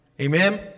Amen